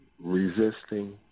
resisting